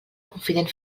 confident